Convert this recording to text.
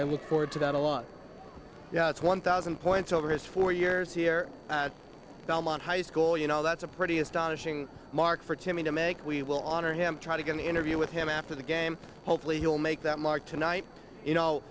look forward to that a lot yeah it's one thousand points over his four years here belmont high school you know that's a pretty astonishing mark for timmy to make we will honor him try to get an interview with him after the game hopefully he'll make that mark tonight you know